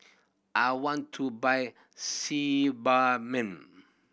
I want to buy Sebamed